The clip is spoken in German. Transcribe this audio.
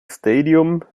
stadium